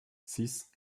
six